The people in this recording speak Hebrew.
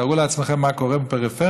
תארו לעצמכם מה קורה בפריפריה.